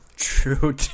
True